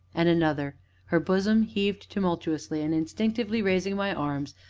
and another her bosom heaved tumultuously, and instinctively, raising my arms,